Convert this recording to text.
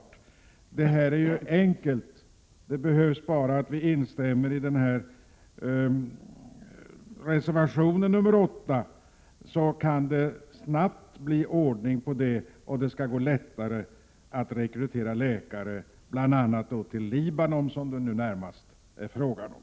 Men det här är ju enkelt — det behövs bara att vi instämmer i reservation 8, så kan det snabbt bli ordning på detta och det blir lättare att rekrytera läkare, bl.a. till Libanon, som det nu närmast är fråga om.